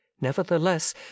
nevertheless